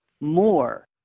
more